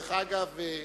אגב,